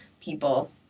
people